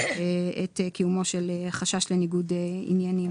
את קיומו של החשש לניגוד עניינים.